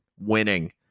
winning